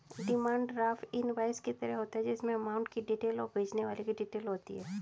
demand draft invoice की तरह होता है जिसमे अमाउंट की डिटेल और भेजने वाले की डिटेल होती है